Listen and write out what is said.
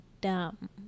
dumb